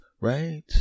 right